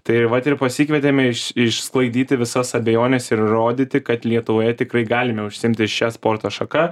tai vat ir pasikvietėme iš išsklaidyti visas abejones ir įrodyti kad lietuvoje tikrai galime užsiimti šia sporto šaka